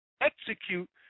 execute